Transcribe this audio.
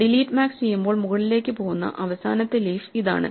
delete max ചെയ്യുമ്പോൾ മുകളിലേക്ക് പോകുന്ന അവസാനത്തെ ലീഫ് ഇതാണ്